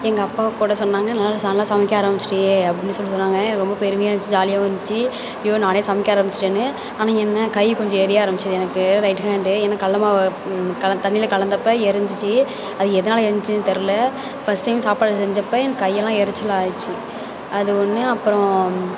எங்கள் அப்பாகூட சொன்னாங்க நல்லா நல்லா சமைக்க ஆரம்பிச்சுட்டியே அப்படினு சொல்லி சொன்னாங்க எனக்கு ரொம்ப பெருமையாக இருந்திச்சு ஜாலியாகவும் இருந்திச்சு ஐயோ நானே சமைக்க ஆரம்பிச்சுட்டேனு ஆனால் என்ன கை கொஞ்சம் எரிய ஆரம்பிச்சுது எனக்கு ரைட் ஹேண்ட்டு ஏன்னால் கடல மாவை கல தண்ணியில் கலந்தப்போ எரிஞ்சிச்சு அது எதுனால் எரிஞ்சிச்சுனு தெரில ஃபஸ்ட் டைம் சாப்பாடு செஞ்சப்போ எனக்கு கையெல்லாம் எரிச்சல் ஆகிருச்சி அது ஒன்று அப்புறம்